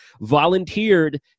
volunteered